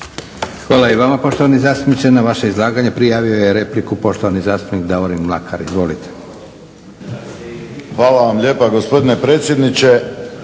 Hvala i vama poštovani zastupniče. Na vaše izlaganje prijavio je repliku poštovani zastupnik Davorin Mlakar. Izvolite. **Mlakar, Davorin (HDZ)** Hvala vam lijepa gospodine predsjedniče.